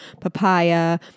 papaya